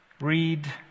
read